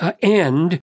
end